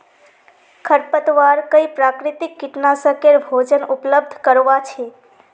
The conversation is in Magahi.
खरपतवार कई प्राकृतिक कीटनाशकेर भोजन उपलब्ध करवा छे